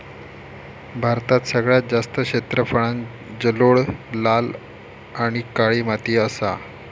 भारतात सगळ्यात जास्त क्षेत्रफळांत जलोळ, लाल आणि काळी माती असा